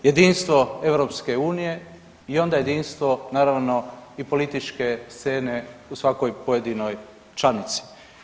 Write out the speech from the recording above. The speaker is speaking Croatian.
Jedinstvo EU i onda jedinstvo naravno i političke scene u svakoj pojedinoj članici.